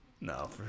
No